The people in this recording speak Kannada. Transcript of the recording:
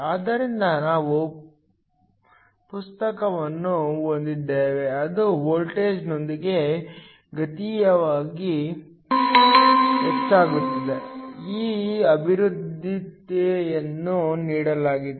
ಆದ್ದರಿಂದ ನಾವು ಪ್ರಸ್ತುತವನ್ನು ಹೊಂದಿದ್ದೇವೆ ಅದು ವೋಲ್ಟೇಜ್ನೊಂದಿಗೆ ಘಾತೀಯವಾಗಿ ಹೆಚ್ಚಾಗುತ್ತದೆ ಈ ಅಭಿವ್ಯಕ್ತಿಯಿಂದ ನೀಡಲಾಗಿದೆ